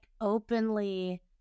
openly